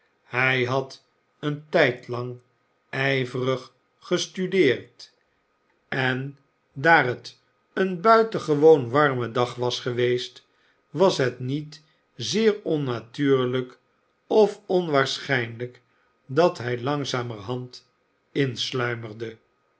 hij had een tijdlang ijverig gestudeerd en daar het een buitengewoon warme dag was geweest was het niet zeer onnatuurlijk of onwaarschijnlijk dat hij langzamerhand insluimerde